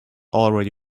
already